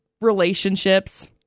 relationships